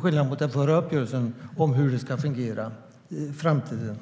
skillnad från den förra uppgörelsen får en bred uppslutning bakom hur det ska fungera i framtiden.